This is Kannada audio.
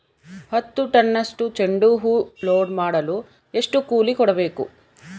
ಹತ್ತು ಟನ್ನಷ್ಟು ಚೆಂಡುಹೂ ಲೋಡ್ ಮಾಡಲು ಎಷ್ಟು ಕೂಲಿ ಕೊಡಬೇಕು?